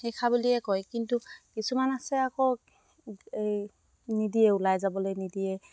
বুলিয়ে কয় কিন্তু কিছুমান আছে আকৌ এই নিদিয়ে ওলাই যাবলে নিদিয়ে